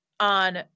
On